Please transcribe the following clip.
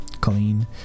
Colleen